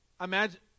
Imagine